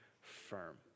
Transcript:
firm